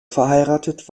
verheiratet